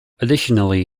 additionally